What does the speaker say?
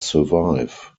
survive